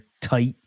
tight